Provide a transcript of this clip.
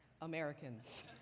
Americans